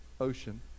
ocean